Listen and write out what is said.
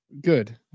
Good